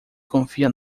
confia